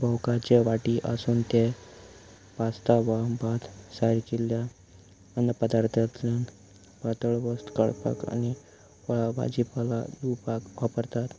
भोंवकाचे वाटी आसून ते पास्ता वा भात सारकिल्ल्या अन्न पदार्थांतल्यान पातळ वस्त काडपाक आनी फळ भाजी पलां धुवपाक वापरतात